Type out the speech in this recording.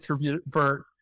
introvert